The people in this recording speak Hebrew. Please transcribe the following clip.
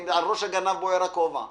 על ראש הגנב בוער הכובע ...